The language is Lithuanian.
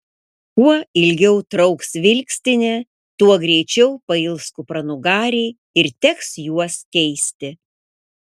kuo ilgiau trauks vilkstinė tuo greičiau pails kupranugariai ir teks juos keisti